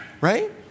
right